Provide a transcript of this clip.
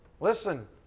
listen